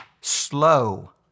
Slow